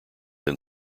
than